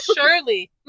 Surely